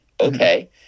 Okay